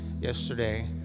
yesterday